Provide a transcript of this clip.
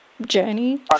journey